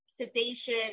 sedation